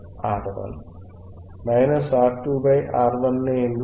R2R1 నే ఎందుకు